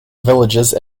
villages